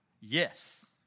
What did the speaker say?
yes